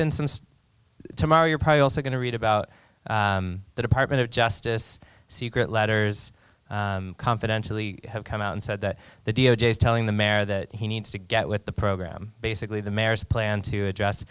been some tomorrow you're probably also going to read about the department of justice secret letters confidentially have come out and said that the d o j is telling the mare that he needs to get with the program basically the merest plan to address